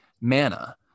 manna